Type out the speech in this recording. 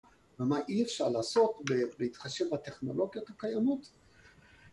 ‫ומה אי אפשר לעשות ‫בהתחשב בטכנולוגיות הקיימות...?